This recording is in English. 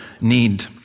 need